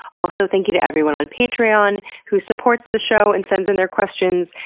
also, thank you to everyone on patreon who supports the show and sends in their questions.